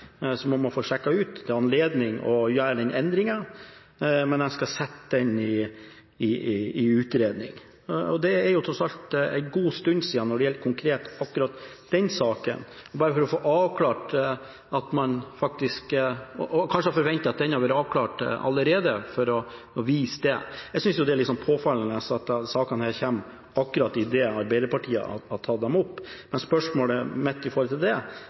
han må få sjekket ut, det er anledning til å gjøre noen endringer, men han skal sette dette til utredning. Det er tross alt en god stund siden med hensyn til akkurat den saken, bare for å få vist at man kanskje forventet at dette hadde vært avklart allerede. Jeg synes jo det er litt påfallende at denne saken kommer akkurat idet Arbeiderpartiet har tatt det opp. Men spørsmålet mitt til det